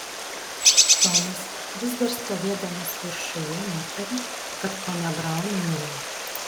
tomas vis dar stovėdamas viršuje nutarė kad ponia braun mirė